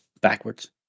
backwards